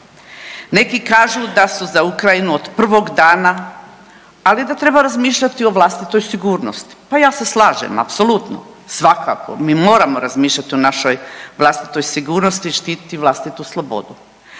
Neki kažu da su za Ukrajinu od prvog dana, ali da treba razmišljati o vlastitoj sigurnosti. Pa ja slažem apsolutno, svakako mi moramo razmišljati o našoj vlastitoj sigurnosti štititi vlastitu slobodu.